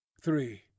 three